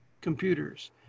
computers